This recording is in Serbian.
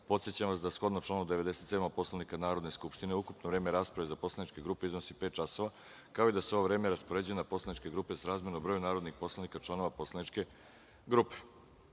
podsećam vas da, shodno članu 97. Poslovnika Narodne skupštine, ukupno vreme rasprave za poslaničke grupe iznosi pet časova, kao i da se ovo vreme raspoređuje na poslaničke grupe srazmerno broju narodnih poslanika članova poslaničke grupe. Molim